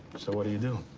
so what do you do?